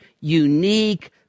unique